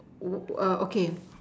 oh uh okay